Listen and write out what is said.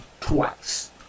twice